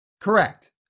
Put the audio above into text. Correct